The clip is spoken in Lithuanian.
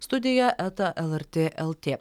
studija eta lrt lt